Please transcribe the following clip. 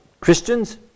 Christians